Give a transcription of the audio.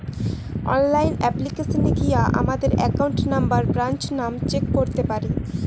online অ্যাপ্লিকেশানে গিয়া আমাদের একাউন্ট নম্বর, ব্রাঞ্চ নাম চেক করতে পারি